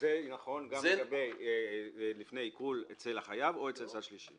וזה נכון גם לגבי לפני עיקול אצל החייב או אצל צד שלישי.